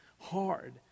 hard